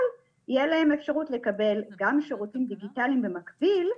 אבל יהיה להם אפשרות לקבל גם שירותים דיגיטליים במקביל,